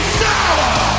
sour